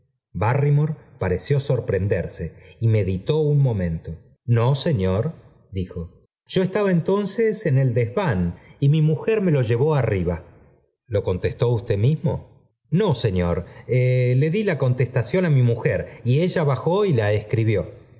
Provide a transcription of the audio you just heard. barrymore pareció sorprenderse y meditó un momento no señor dijo yo estaba entonces eñ el desván y mi mujer me lo llevó arriba lo contestó usted mismo no señor le di la contestación á mi mujer y ella bajó y la escribió